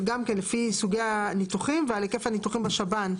גם כן לפי סוגי הניתוחים ועל היקף הניתוחים בשב"ן,